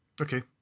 Okay